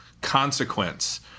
consequence